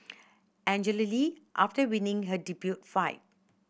Angela Lee after winning her debut fight